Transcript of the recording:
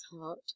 heart